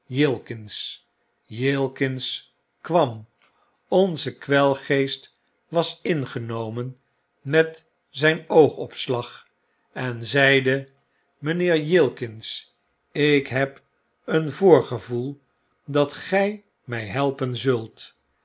jilkins kwam onze kwelgeest was ingenomen met zijn oogopslag en zeide mijnheer jilkins ik heb een voorgevoel dat gij mij helpen zult